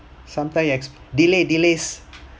sometime you ex~ delayed delays